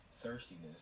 thirstiness